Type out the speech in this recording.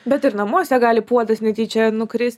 bet ir namuose gali puodas netyčia nukrist